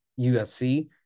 USC